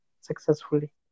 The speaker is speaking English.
successfully